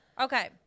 Okay